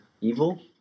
Evil